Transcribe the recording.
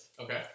Okay